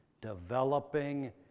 developing